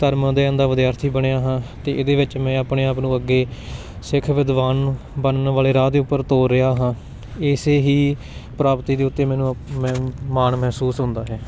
ਧਰਮ ਅਧਿਐਨ ਦਾ ਵਿਦਿਆਰਥੀ ਬਣਿਆ ਹਾਂ ਅਤੇ ਇਹਦੇ ਵਿੱਚ ਮੈਂ ਆਪਣੇ ਆਪ ਨੂੰ ਅੱਗੇ ਸਿੱਖ ਵਿਦਵਾਨ ਨੂੰ ਬਣਨ ਵਾਲੇ ਰਾਹ ਦੇ ਉੱਪਰ ਤੋਰ ਰਿਹਾ ਹਾਂ ਇਸੇ ਹੀ ਪ੍ਰਾਪਤੀ ਦੇ ਉੱਤੇ ਮੈਨੂੰ ਮੈਂ ਮਾਣ ਮਹਿਸੂਸ ਹੁੰਦਾ ਹੈ